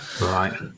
Right